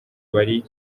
bari